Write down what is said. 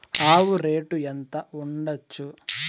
ఆవు రేటు ఎంత ఉండచ్చు?